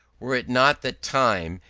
were it not that time,